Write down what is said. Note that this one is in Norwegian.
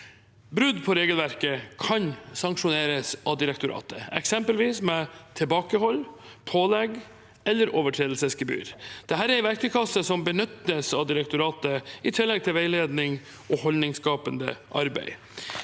Brudd på regelverket kan sanksjoneres av direktoratet, eksempelvis med tilbakehold, pålegg eller overtredelsesgebyr. Dette er en verktøykasse som benyttes av direktoratet, i tillegg til veiledning og holdningsskapende arbeid.